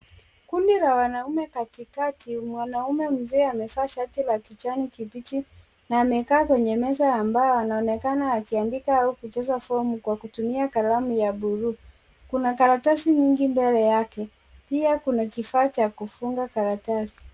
Kundi la wanaume katikati mwanaume mzee amevaa shati la kijani kibichi na amekaa kwa meza ambayo anaonekana kuandika au kujaza form kutumia kalamu ya buluu. Kuna karatasi nyingi mbele yake. Pia kuna kifaa cha kufunga karatasi.